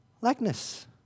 likeness